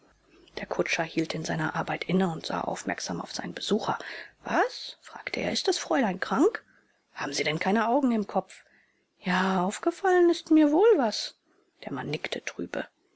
der kutscher hielt in seiner arbeit inne und sah aufmerksam auf seinen besucher was fragte er ist das fräulein krank haben sie denn keine augen im kopf ja aufgefallen ist mir wohl was der mann nickte trübe